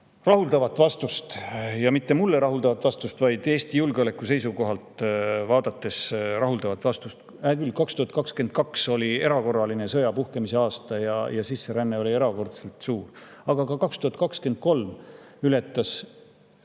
rahuldavat vastust, ja mitte vaid minu arvates rahuldavat vastust, vaid Eesti julgeoleku seisukohalt vaadates rahuldavat vastust. Hää küll, 2022 oli erakorraline, sõja puhkemise aasta ja sisseränne oli erakordselt suur, aga ka 2023. aastal ületas